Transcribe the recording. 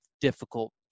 difficult